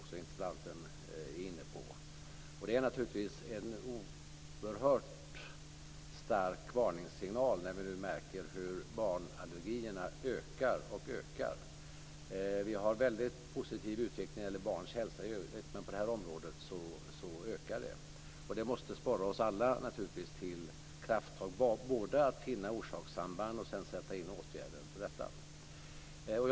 Även interpellanten är inne på denna fråga. Att barnallergierna ökar och ökar är en oerhört stark varningssignal. Där råder en positiv utveckling för barns hälsa i övrigt, men på allergiområdet sker det en ökning. Det måste sporra oss alla till krafttag, både att finna orsakssamband och att sätta in åtgärder.